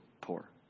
poor